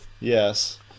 Yes